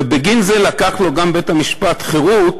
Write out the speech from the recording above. ובגין זה לקח לו בית-המשפט גם חירות